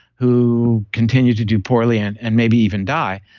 who continue to do poorly and and maybe even die.